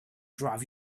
drive